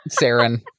saren